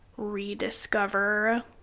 rediscover